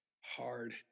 hard